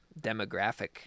demographic